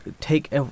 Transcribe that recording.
take